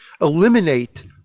eliminate